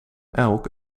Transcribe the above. elk